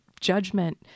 judgment